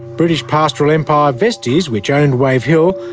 british pastoral empire vestey's, which owned wave hill,